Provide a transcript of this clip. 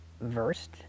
versed